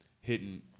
hitting